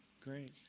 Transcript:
Great